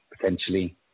potentially